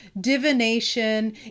divination